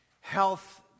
health